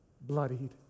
bloodied